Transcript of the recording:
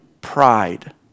Pride